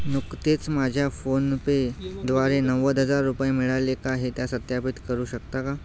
नुकतेच माझ्या फोनपे द्वारे नव्वद हजार रुपये मिळाले का हे त्या सत्यापित करू शकता का